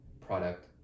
product